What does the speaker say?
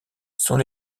sont